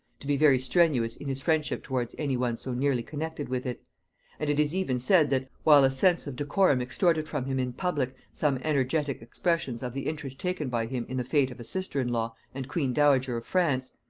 to be very strenuous in his friendship towards any one so nearly connected with it and it is even said that, while a sense of decorum extorted from him in public some energetic expressions of the interest taken by him in the fate of a sister-in-law and queen-dowager of france,